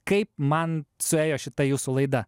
kaip man suėjo šita jūsų laida